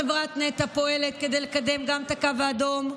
חברת נת"ע פועלת כדי לקדם את הקו האדום,